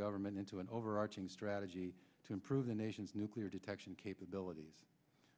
government into an overarching strategy to improve the nation's nuclear detection capabilities